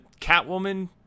catwoman